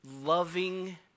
loving